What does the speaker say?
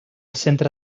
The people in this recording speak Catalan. centre